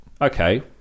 okay